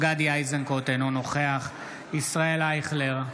אינו נוכח ישראל אייכלר,